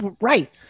right